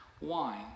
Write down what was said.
wine